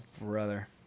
brother